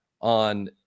on